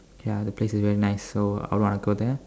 ya the place is very nice so I want to go there